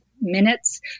minutes